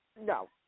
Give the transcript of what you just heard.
No